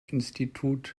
institute